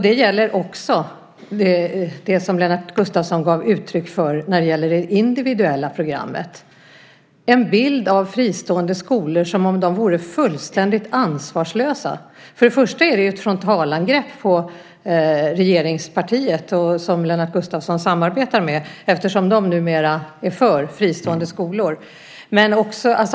Det gäller också det som Lennart Gustavsson gav uttryck för när det gäller det individuella programmet, en bild av fristående skolor som om de vore fullständigt ansvarslösa. Först och främst är det ett frontalangrepp på regeringspartiet, som Lennart Gustavsson samarbetar med, eftersom det numera är för fristående skolor.